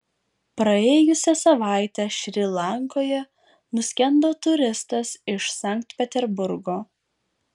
praėjusią savaitę šri lankoje nuskendo turistas iš sankt peterburgo